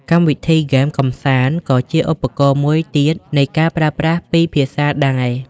កម្មវិធីហ្គេមកម្សាន្តក៏ជាឧទាហរណ៍មួយទៀតនៃការប្រើប្រាស់ពីរភាសាដែរ។